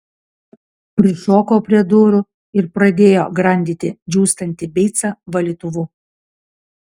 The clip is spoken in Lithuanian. prišoko prie durų ir pradėjo grandyti džiūstantį beicą valytuvu